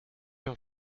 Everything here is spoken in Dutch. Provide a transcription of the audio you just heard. een